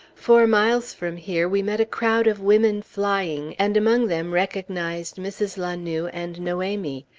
four miles from here we met a crowd of women flying, and among them recognized mrs. la noue and noemie.